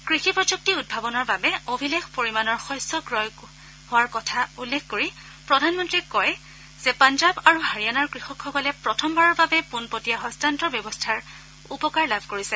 কৃষি প্ৰযুক্তি উদ্ভাৱনৰ বাবে অভিলেখ পৰিমাণৰ শস্য ক্ৰয় হোৱাৰ কথা উল্লেখ কৰি প্ৰধানমন্ত্ৰীয়ে কয় যে পাঞ্জাৱ আৰু হাৰিয়ানাৰ কৃষকসকলে প্ৰথমবাৰৰ বাবে পোনপটীয়া হস্তান্তৰ ব্যৱস্থাৰ উপকাৰ লাভ কৰিছে